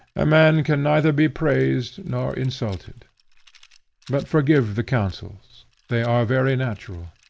a man can neither be praised nor insulted but forgive the counsels they are very natural.